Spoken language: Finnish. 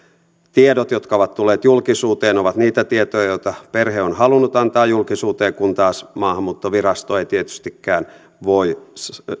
tiedot jotka ovat tulleet julkisuuteen ovat niitä tietoja joita perhe on halunnut antaa julkisuuteen kun taas maahanmuuttovirasto ei tietystikään voi